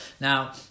now